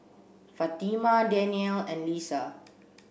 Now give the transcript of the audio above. Fatimah Daniel and Lisa